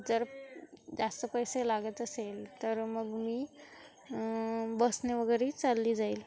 जर जास्त पैसे लागत असेल तर मग मी बसणे वगैरे चालली जाईल